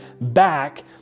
back